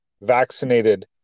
vaccinated